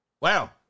Wow